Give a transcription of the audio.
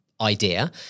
Idea